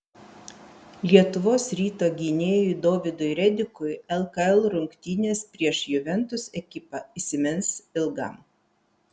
lietuvos ryto gynėjui dovydui redikui lkl rungtynės prieš juventus ekipą įsimins ilgam